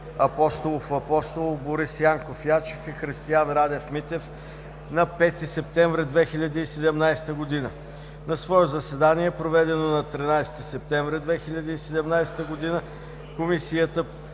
Апостолов Апостолов, Борис Янков Ячев и Христиан Радев Митев на 5 септември 2017 г. На свое заседание, проведено на 13 септември 2017 г., Комисията